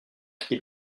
qu’il